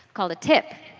called a tip.